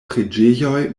preĝejoj